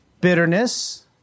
bitterness